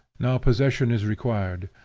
now possession is required,